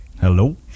Hello